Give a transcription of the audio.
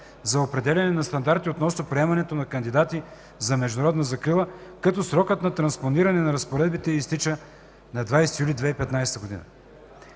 за определяне на стандарти относно приемането на кандидати за международна закрила, като срокът за транспониране на разпоредбите й изтича на 20 юли 2015 г.